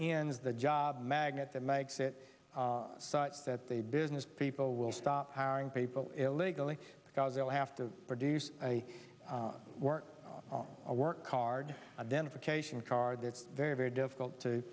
ends the job magnet that makes it such that they business people will stop hiring people illegally because they'll have to produce a work on a work card identification card it's very very difficult to